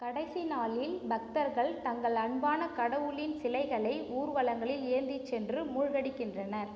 கடைசி நாளில் பக்தர்கள் தங்கள் அன்பான கடவுளின் சிலைகளை ஊர்வலங்களில் ஏந்திச் சென்று மூழ்கடிக்கின்றனர்